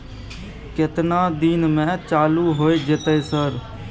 केतना दिन में चालू होय जेतै सर?